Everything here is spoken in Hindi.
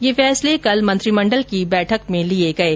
ये फैसले कल मंत्रीमंडल की बैठक में लिये गये